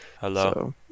Hello